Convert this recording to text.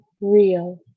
real